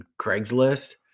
Craigslist